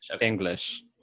English